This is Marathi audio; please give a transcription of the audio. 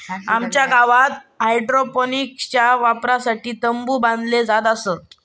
आमच्या गावात हायड्रोपोनिक्सच्या वापरासाठी तंबु बांधले जात असत